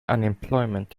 unemployment